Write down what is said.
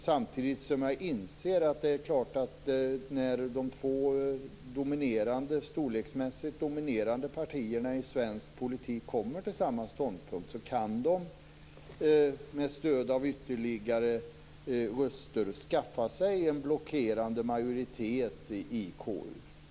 Samtidigt inser jag att när de två storleksmässigt dominerande partierna i svensk politik kommer till samma ståndpunkt kan de med stöd av ytterligare röster skaffa sig en blockerande majoritet i KU.